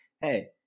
hey